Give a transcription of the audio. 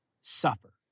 suffer